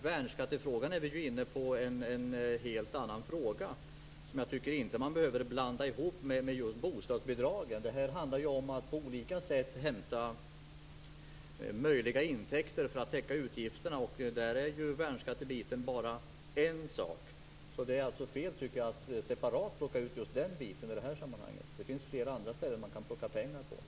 Värnskatten är en helt annan fråga som man inte behöver blanda ihop med just bostadsbidragen. Det handlar om att på olika sätt hämta hem olika intäkter för att täcka utgifter, och där utgör värnskatten bara en del. Det är fel att plocka ut värnskatten separat i det här sammanhanget. Det finns flera ställen som man kan ta pengar ifrån.